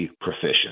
proficient